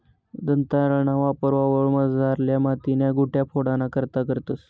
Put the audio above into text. दंताळाना वापर वावरमझारल्या मातीन्या गुठया फोडाना करता करतंस